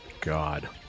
God